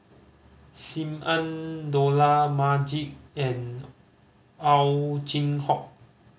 Sim Ann Dollah Majid and Ow Chin Hock